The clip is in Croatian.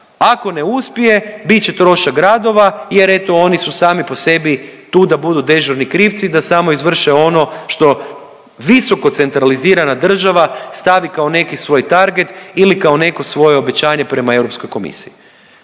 Ako ne uspije bit će trošak gradova jer eto oni su sami po sebi tu da budu dežurni krivci da samo izvrše ono što visoko centralizirana država stavi kao neki svoj target ili kao neko svoje obećanje prema Europskoj komisiji.